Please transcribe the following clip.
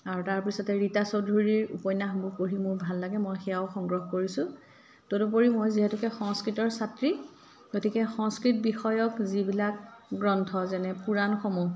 আৰু তাৰপিছতে ৰীতা চৌধুৰীৰ উপন্যাসবোৰ পঢ়ি মোৰ ভাল লাগে মই সেয়াও সংগ্ৰহ কৰিছোঁ তদুপৰি মই যিহেতুকে সংস্কৃতৰ ছাত্ৰী গতিকে সংস্কৃত বিষয়ক যিবিলাক গ্ৰন্থ যেনে পুৰাণসমূহ